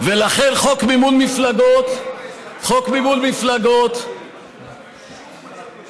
חבר הכנסת